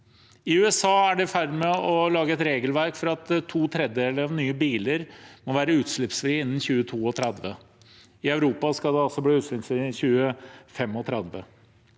I USA er man i ferd med å lage et regelverk for at to tredjedeler av nye biler må være utslippsfrie innen 2032. I Europa skal de bli utslippsfrie i 2035.